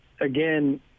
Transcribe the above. again